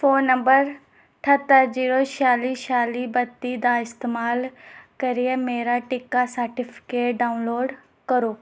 phone नम्बर ठह्त्तर zero छेआली छेआली बत्ती दा इस्तमाल करियै मेरा टीका सर्टिफिकेट डाउनलोड करो